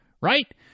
right